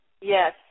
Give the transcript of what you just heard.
Yes